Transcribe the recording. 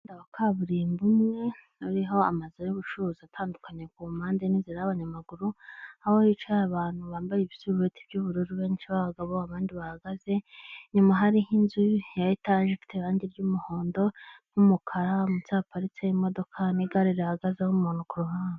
Umuhanda wa kaburimbo uriho amazu y'ubucuruzi atandukanye kumpande n'inzira y'abanyamaguru, aho hicaye abantu bambaye ibisurubeti by'ubururu benshi b'abagabo abandi bahagaze, inyuma hariho inzu ya etaje ifite irangi ry'umuhondo n'umukara munsi haparitse imodoka n'igare rihagazeho umuntu ku ruhande.